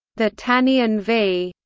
the taniyan v.